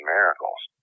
Miracles